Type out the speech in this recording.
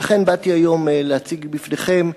ולכן באתי היום להציג בפניכם,